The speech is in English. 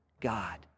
God